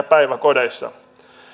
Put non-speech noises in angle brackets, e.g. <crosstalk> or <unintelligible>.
<unintelligible> päiväkodeissa